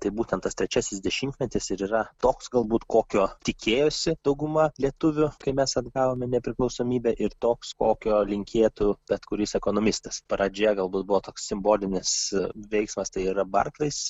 tai būtent tas trečiasis dešimtmetis ir yra toks galbūt kokio tikėjosi dauguma lietuvių kai mes atgavome nepriklausomybę ir toks kokio linkėtų bet kuris ekonomistas pradžia galbūt buvo toks simbolinis veiksmas tai yra barclays